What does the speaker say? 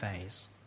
phase